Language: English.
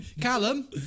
Callum